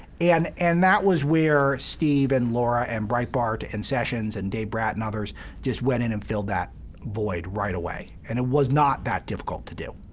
and and that was where steve and laura and breitbart and sessions and dave brat and others just went in and filled that void right away. and it was not that difficult to do.